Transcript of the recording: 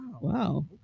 Wow